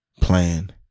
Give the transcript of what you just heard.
Plan